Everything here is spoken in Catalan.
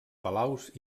palaus